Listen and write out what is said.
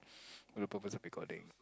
for the purpose of recording